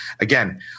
Again